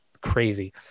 crazy